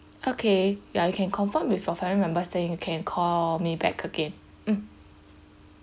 okay ya you can confirm with a members staying you can call me back again mm